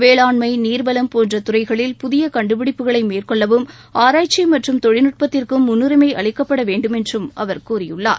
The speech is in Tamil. வேளாண்மை நீர்வளம் போன்ற துறைகளில் புதிய கண்டுபிடிப்புகளை மேற்கொள்ளவும் ஆராய்ச்சி மற்றும் தொழில்நுட்பத்திற்கும் முன்னுரிமை அளிக்கப்பட வேண்டுமென்று அவர் கூறியுள்ளார்